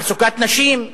תעסוקת נשים,